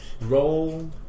Roll